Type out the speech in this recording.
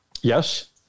Yes